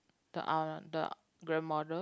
the the grandmother